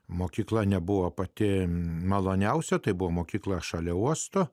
mokykla nebuvo pati maloniausia tai buvo mokykla šalia uosto